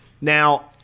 now